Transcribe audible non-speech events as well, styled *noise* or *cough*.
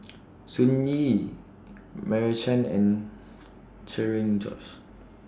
*noise* Sun Yee Meira Chand and Cherian George